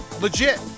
legit